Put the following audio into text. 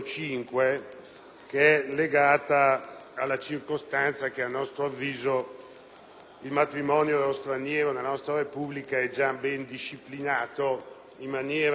il matrimonio dello straniero nella nostra Repubblica è già ben disciplinato in maniera organica e completa dell'articolo 116 del codice civile,